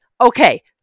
Okay